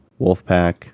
Wolfpack